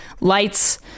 lights